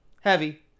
heavy